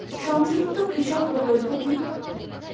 সংযুক্ত কৃষক প্রকল্প কি?